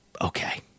Okay